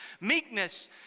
meekness